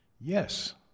Yes